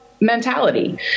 mentality